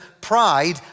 pride